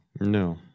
No